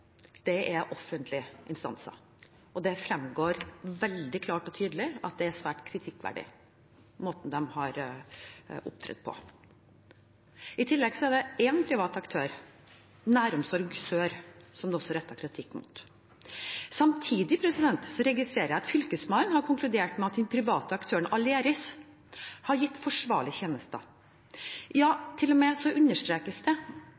Det er offentlige instanser, og det fremgår veldig klart og tydelig at måten de har opptrådt på, er svært kritikkverdig. I tillegg er det én privat aktør, Næromsorg Sør, som det også er rettet kritikk mot. Samtidig registrerer jeg at Fylkesmannen har konkludert med at den private aktøren Aleris har gitt forsvarlige tjenester. Det